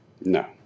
No